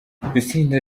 itsinda